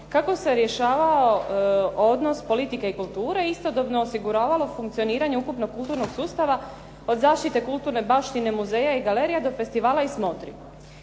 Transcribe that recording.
kako se rješavao odnos politike i kulture i istodobno osiguravalo funkcioniranje ukupnog kulturnog sustava od zaštite kulturne baštine muzeja i galerija do festivala i smotri.